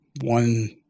one